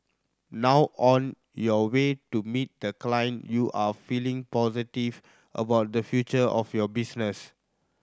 now on your way to meet the client you are feeling positive about the future of your business